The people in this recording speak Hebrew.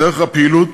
דרך הפעילות